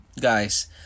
guys